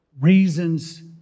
Reasons